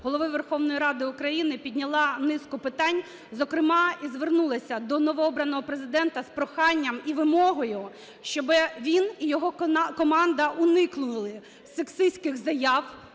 Голови Верховної Ради України підняла низку питань, зокрема, і звернулася до новообраного Президента з проханням і вимогою, щоб він і його команда уникли сексистських заяв